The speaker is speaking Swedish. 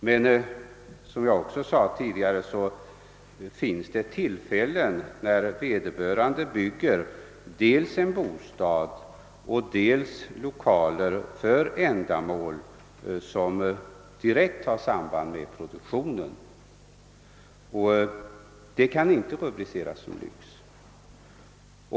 Men som jag också sade tidigare finns det tillfällen då vederbörande bygger dels en bostad, dels lokaler för ändamål som har direkt samband med produktion, och sådana villor kan inte rubriceras som lyx.